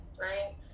right